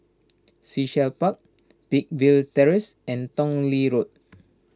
Sea Shell Park Peakville Terrace and Tong Lee Road